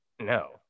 No